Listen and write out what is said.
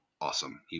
awesome